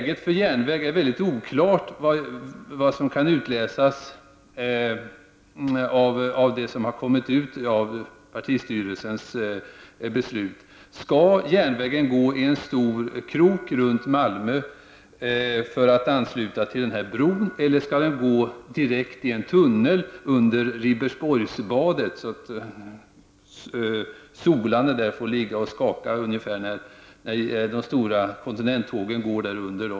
Det är för det första mycket oklart vilken sträckning järnvägsförbindelsen kommer att få enligt vad som har framkommit av den socialdemokratiska partistyrelsens beslut. Skall järnvägen gå i en stor krok runt Malmö för att ansluta direkt till bron, eller skall den gå i en tunnel under Ribersborgsbadet på Malmös riviera så att de solande får ligga och skaka när de stora kontinenttågen går där under?